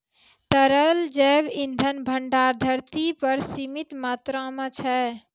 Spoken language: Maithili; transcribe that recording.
तरल जैव इंधन भंडार धरती पर सीमित मात्रा म छै